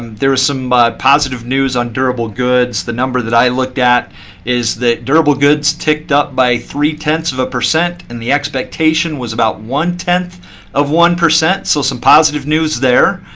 there was some positive news on durable goods. the number that i looked at is that durable goods ticked up by three ten of a percent and the expectation was about one ten of one. so some positive news there.